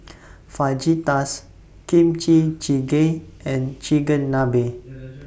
Fajitas Kimchi Jjigae and Chigenabe